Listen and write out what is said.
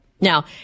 Now –